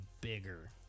bigger